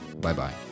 bye-bye